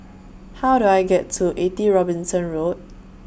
How Do I get to eighty Robinson Road